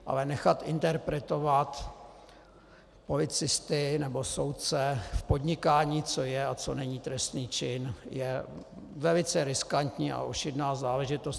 Ale nechat interpretovat policisty nebo soudce v podnikání, co je a co není trestný čin, je velice riskantní a ošidná záležitost.